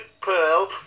pearl